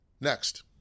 next